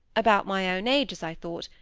about my own age, as i thought,